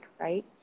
right